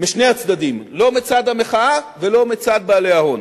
משני הצדדים, לא מצד המחאה ולא מצד בעלי ההון.